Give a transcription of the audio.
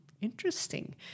interesting